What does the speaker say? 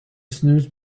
snooze